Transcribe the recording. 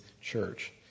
church